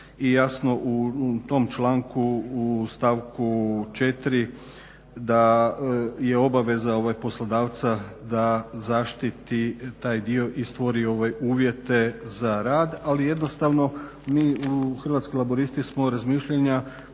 i jasno u tom članku u stavku 4. da je obaveza poslodavca da zaštiti taj dio i stvori uvjete za rad, ali jednostavno mi Hrvatski laburisti smo razmišljanja